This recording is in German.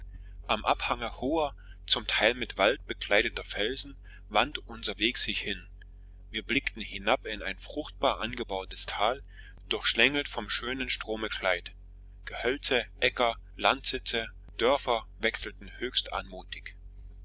am abhange hoher zum teil mit wald bekleideter felsen wand unser weg sich hin wir blickten hinab auf ein fruchtbar angebautes tal durchschlängelt vom schönen strome clyde gehölze äcker landsitze dörfer wechselten höchst anmutig